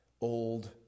old